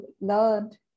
learned